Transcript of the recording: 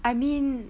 I mean